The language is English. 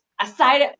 aside